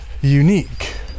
Unique